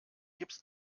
gips